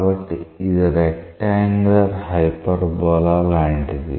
కాబట్టి ఇది rectangular hyperbola లాంటిది